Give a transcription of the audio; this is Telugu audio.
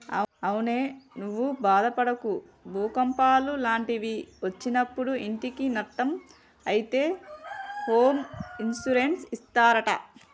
అవునే నువ్వు బాదపడకు భూకంపాలు లాంటివి ఒచ్చినప్పుడు ఇంటికి నట్టం అయితే హోమ్ ఇన్సూరెన్స్ ఇస్తారట